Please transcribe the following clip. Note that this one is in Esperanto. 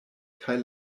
kaj